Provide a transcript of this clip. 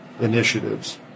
initiatives